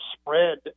spread